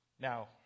Now